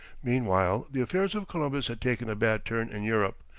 meanwhile, the affairs of columbus had taken a bad turn in europe.